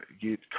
get